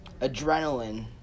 adrenaline